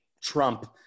Trump